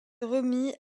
remit